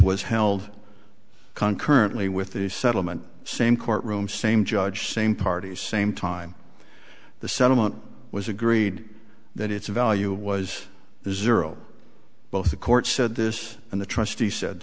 was held concurrently with the settlement same court room same judge same party same time the settlement was agreed that its value was zero both the court said this and the trustee said